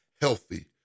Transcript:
healthy